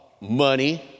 money